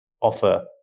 offer